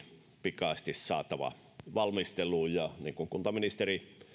pikaisesti saatava valmisteluun ja niin kuin kuntaministeri